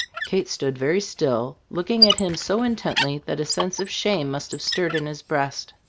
kate stood very still, looking at him so intently that a sense of shame must have stirred in his breast.